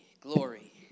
glory